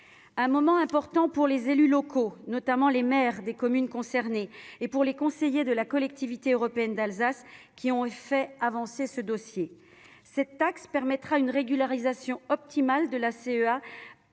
d'un moment important pour les élus locaux, notamment pour les maires des communes concernées et pour les conseillers de la Collectivité européenne d'Alsace, qui ont fait avancer ce dossier. Cette taxe permettra une régulation optimale par la CEA